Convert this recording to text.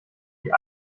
die